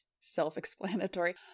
self-explanatory